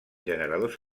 generadors